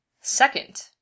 Second